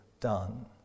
done